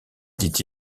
dit